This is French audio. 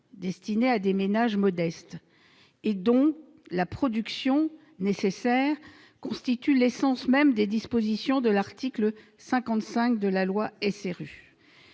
destinés à des ménages modestes et dont la production nécessaire constitue l'essence même des dispositions de l'article 55 de la loi SRU.